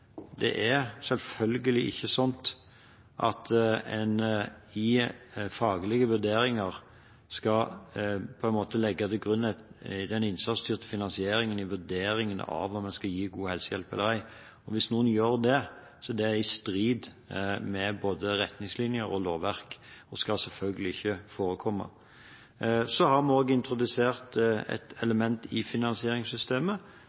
det er selvfølgelig ikke slik at en i faglige vurderinger skal legge til grunn den innsatsstyrte finansieringen i vurderingen av om man skal gi god helsehjelp eller ei. Hvis noen gjør det, er det i strid med både retningslinjer og lovverk og skal selvfølgelig ikke forekomme. Så har vi også introdusert et